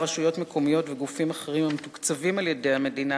רשויות מקומיות וגופים אחרים המתוקצבים על-ידי המדינה